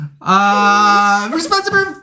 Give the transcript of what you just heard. Responsible